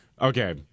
Okay